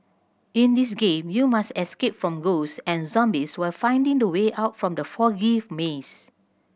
in this game you must escape from ghosts and zombies while finding the way out from the foggy maze